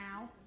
now